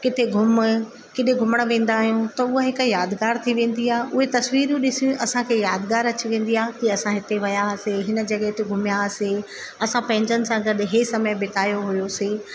किथे घुम किथे घुमणु वेंदा आहियूं त हूअ हिकु यादगार थी वेंदी आहे उहे तस्वीरियूं ॾिसी असांखे यादगार अची वेंदी आहे की असां हिते विया हुआसीं हिन जॻह ते घुमया हुआसीं असां पंहिंजनि सां गॾु हे समय बितायो हुयोसीं